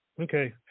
okay